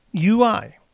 UI